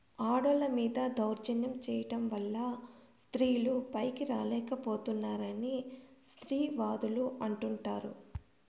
ఆడోళ్ళ మీద దౌర్జన్యం చేయడం వల్ల స్త్రీలు పైకి రాలేక పోతున్నారని స్త్రీవాదులు అంటుంటారు